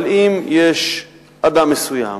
אבל אם יש אדם מסוים